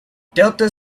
delta